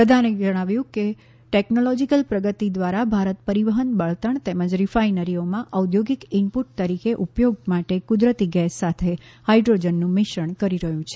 પ્રધાને જણાવ્યું કે ટેકનોલોજીકલ પ્રગતિ દ્વારા ભારત પરિવહન બળતણ તેમજ રિફાઈનરીઓમાં ઔદ્યોગિક ઇનપુટ તરીકે ઉપયોગ માટે કુદરતી ગેસ સાથે હાઇડ્રોજનનું મિશ્રણ કરી રહ્યું છે